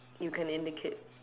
you can indicate